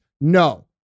No